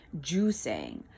juicing